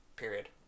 period